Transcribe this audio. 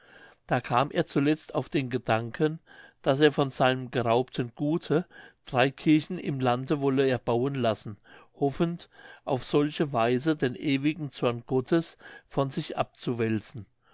da kam er zuletzt auf den gedanken daß er von seinem geraubten gute drei kirchen im lande wolle erbauen lassen hoffend auf solche weise den ewigen zorn gottes von sich abzuwälzen